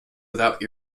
without